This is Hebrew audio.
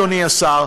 אדוני השר,